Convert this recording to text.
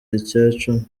icyacumi